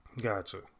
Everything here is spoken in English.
Gotcha